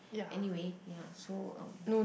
anyway ya so um